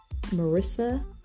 Marissa